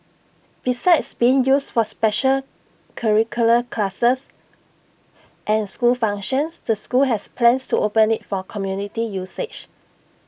besides being used for special curricular classes and school functions the school has plans to open IT for community usage